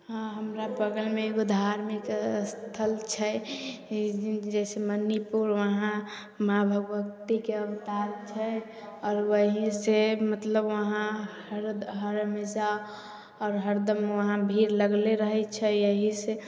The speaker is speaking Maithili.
हाँ हमरा बगलमे एक धार्मिक अस्थल छै जइसे मणिपुर वहाँ माँ भगवतीके अवतार छै आओर वहीँसे मतलब वहाँ हर्द हर हमेशा आओर हरदम वहाँ भीड़ लगले रहै छै यहीसे